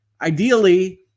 ideally